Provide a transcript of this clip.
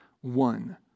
one